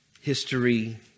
history